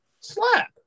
slap